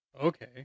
Okay